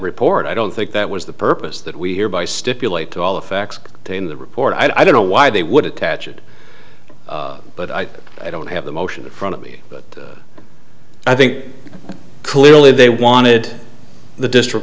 report i don't think that was the purpose that we hear by stipulate to all the facts in the report i don't know why they would attach it but i don't have the motion in front of me but i think clearly they wanted the district